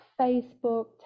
Facebook